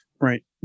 Right